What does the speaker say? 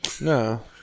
No